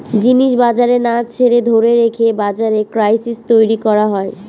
জিনিস বাজারে না ছেড়ে ধরে রেখে বাজারে ক্রাইসিস তৈরী করা হয়